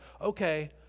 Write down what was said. okay